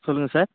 சொல்லுங்க சார்